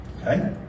Okay